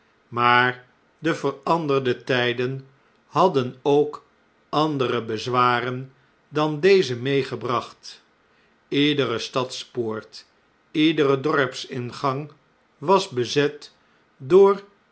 maar de veranderde tjjden hadden ook andere bezwaren dan deze meegebracht iedere stadspoort iedere dorpsingang was bezet door